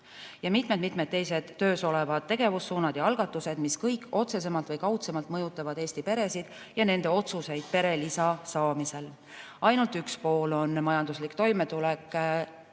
ka mitmed-mitmed teised töös olevad tegevussuunad ja algatused, mis kõik otsesemalt või kaudsemalt mõjutavad Eesti peresid ja nende otsuseid perelisa saada. Majanduslik toimetulek